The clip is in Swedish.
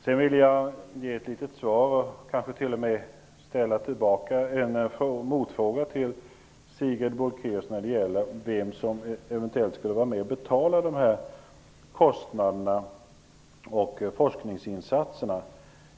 Jag vill sedan ställa en motfråga till Sigrid Bolkéus med anledning av hennes fråga om vem som eventuellt skulle vara med och betala de här kostnaderna och forskningsinsatserna.